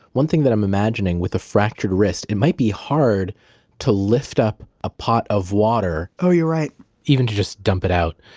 one thing that i'm imagining, with a fractured wrist, it might be hard to lift up a pot of water oh, you're right even to just dump it out.